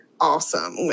awesome